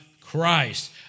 Christ